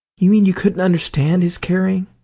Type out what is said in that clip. you mean you couldn't understand his caring.